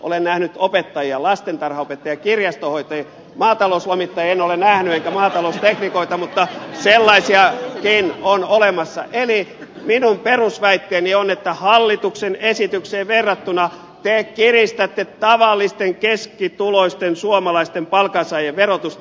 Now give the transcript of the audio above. olen nähnyt opettajia lastentarhanopettajia kirjastonhoitajia maatalouslomittajia en ole nähnyt enkä maatalousteknikoita mutta sellaisiakin on olemassa eli minun perusväitteeni on että hallituksen esitykseen verrattuna te kiristätte tavallisten keskituloisten suomalaisten palkansaajien verotusta